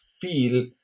feel